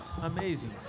Amazing